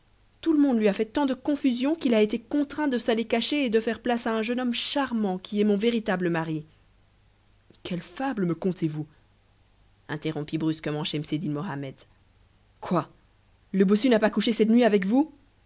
tout le monde lui a fait tant de confusion qu'il a été contraint de s'aller cacher et de faire place à un jeune homme charmant qui est mon véritable mari quelle fable me contez-vous interrompit brusquement schemseddin mohammed quoi le bossu n'a pas couché cette nuit avec vous